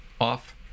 off